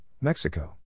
Mexico